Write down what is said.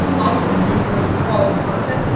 i say make great quality content.